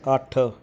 ਇਕੱਠ